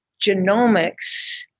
Genomics